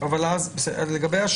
אז אני מבין שיש כאן בעיה.